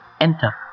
Enter